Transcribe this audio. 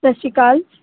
ਸਤਿ ਸ਼੍ਰੀ ਅਕਾਲ